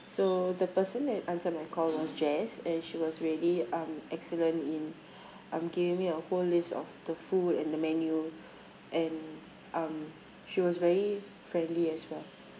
so the person that answered my call was jess and she was really um excellent in um giving me a whole list of the food and the menu and um she was very friendly as well